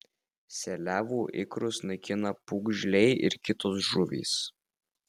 seliavų ikrus naikina pūgžliai ir kitos žuvys